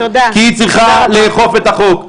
כי היא צריכה לאכוף את החוק.